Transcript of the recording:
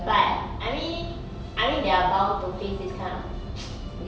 but I mean I mean they're bound to face this kind of